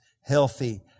healthy